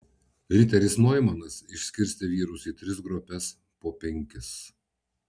riteris noimanas išskirstė vyrus į tris grupes po penkis